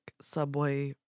subway